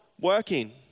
working